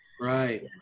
Right